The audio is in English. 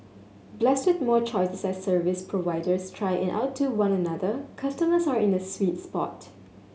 blessed with more choices as service providers try and outdo one another customers are in a sweet spot